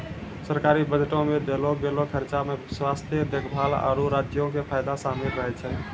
सरकारी बजटो मे देलो गेलो खर्चा मे स्वास्थ्य देखभाल, आरु राज्यो के फायदा शामिल रहै छै